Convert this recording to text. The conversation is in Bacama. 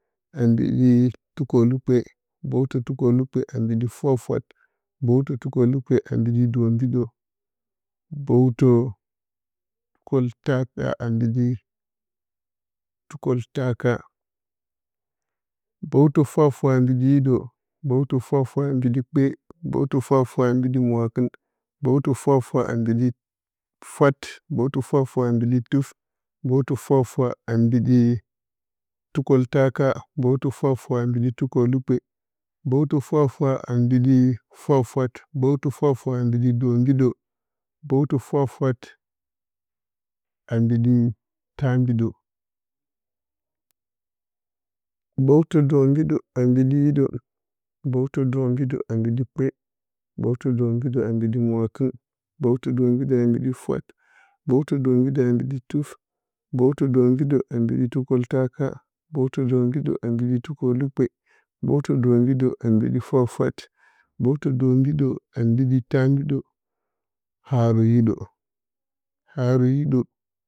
Ambiɗi tukolokpe, bowtɨ tukolukpe ambiɗi ɗwafwat, bowti tukolukpe ambididi dombidə bowtɨ tukolta ka ambiɗi tukultaka bowtɨ fwa fwat ambidi hidə bowti fwatfwat ambiɗɨ kpe ibowtɨ fwatfwat ambidɨ mwakɨn bowtɨ fwatfwat ambidi fwat bowtɨ fwatfwat ambidi tuf, bowtɨ fwatfwat ambidi tukəltaka bowtɨ fwatfwat ambidi tukəlukpe bowtɨ fwatfwat ambiɗi fwatfwat bowtɨ fwafwat ambiɗi dombiɗə bowtɨ fwafwat a mbiɗɨ tambiɗə bowti dombiɗə a mbidi hidə bowtɨ dombidə a mbiɗɨ kpe, mbowtɨ dombiɗə a mbidɨ mwakɨn, mbowti dombiɗə a mbidi fwat, bowtɨ dombiɗə ambiɗi tuf, mbwotɨ dombiɗə tukultaka mbowtɨdomɓiɗə ambiɗi tukəlukpe, mbowtɨdombiɗə a mbiɗi fwafwat mbowtɨ dombiɗə a mbiɗi tambiɗə, hani hiɗə haru hiɗə